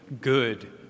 good